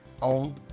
on